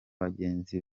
bagenzi